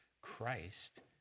Christ